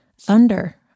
Thunder